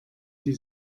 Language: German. die